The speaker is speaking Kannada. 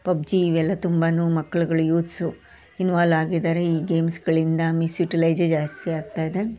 ಪಬ್ಜಿ ಇವೆಲ್ಲ ತುಂಬಾ ಮಕ್ಕಳುಗಳು ಯೂತ್ಸು ಇನ್ವಾಲ್ ಆಗಿದ್ದಾರೆ ಈ ಗೇಮ್ಸ್ಗಳಿಂದ ಮಿಸ್ಯುಟಿಲೈಜೇ ಜಾಸ್ತಿ ಆಗ್ತಾ ಇದೆ